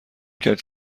کرد